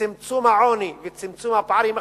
בצמצום העוני וצמצום הפערים החברתיים,